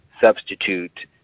substitute